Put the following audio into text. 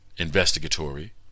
investigatory